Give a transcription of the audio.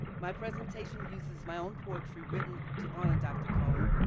my presentation uses my own poetry written to honor dr. cone,